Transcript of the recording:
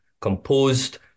composed